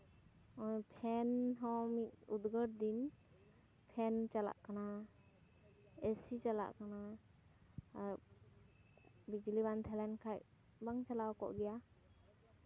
ᱱᱚᱜᱼᱚᱭ ᱯᱷᱮᱱ ᱦᱟᱣᱟ ᱩᱫᱽᱜᱟᱹᱨ ᱫᱤᱱ ᱯᱷᱮᱱ ᱪᱟᱞᱟᱜ ᱠᱟᱱᱟ ᱮ ᱥᱤ ᱪᱟᱞᱟᱜ ᱠᱟᱱᱟ ᱟᱨ ᱵᱤᱡᱽᱞᱤ ᱵᱟᱝ ᱛᱟᱦᱮᱸ ᱞᱮᱱᱠᱷᱟᱡ ᱵᱟᱝ ᱪᱟᱞᱟᱣ ᱠᱚᱜ ᱜᱮᱭᱟ